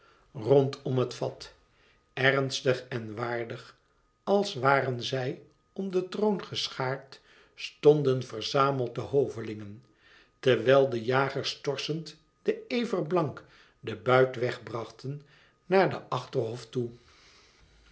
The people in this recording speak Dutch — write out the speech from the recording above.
rondom het vat ernstig en waardig als waren zij om den troon geschaard stonden verzameld de hovelingen terwijl de jagers torsend den ever blank den buit weg brachten naar den achterhof toe